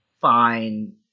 fine